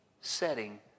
setting